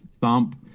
thump